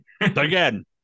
again